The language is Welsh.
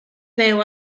fyw